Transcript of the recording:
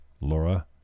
Laura